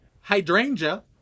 hydrangea